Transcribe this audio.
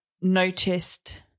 noticed